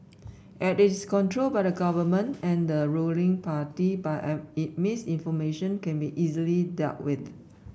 as it is controlled by the Government and the ruling party by any misinformation can be easily dealt with